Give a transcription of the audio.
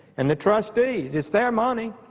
and the trustees, it's their money.